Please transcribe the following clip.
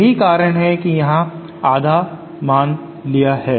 यही कारण है कि यहां आधा मान है